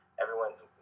Everyone's